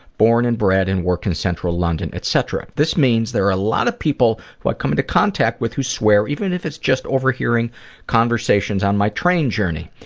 born and bred and work in central london, etc. this means there are a lot of people who i come into contact with who swear even if it's just overhearing conversations on my train journey.